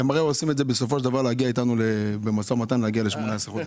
הם עושים את זה כדי בסופו של דבר להגיע איתנו ל-18 חודשים